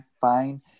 fine